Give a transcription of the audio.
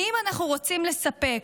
ואם אנחנו רוצים לספק